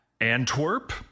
Antwerp